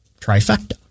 trifecta